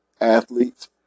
athletes